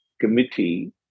committee